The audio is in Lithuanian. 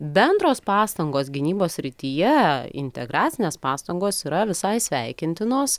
bendros pastangos gynybos srityje integracinės pastangos yra visai sveikintinos